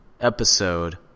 Episode